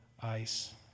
ice